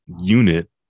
unit